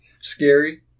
Scary